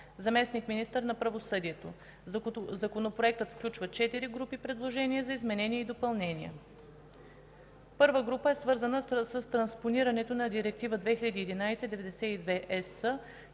заместник-министър на правосъдието. Законопроектът включва четири групи предложения за изменения и допълнения. - Първата група е свързана с транспонирането на Директива 2011/92/ЕС